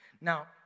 Now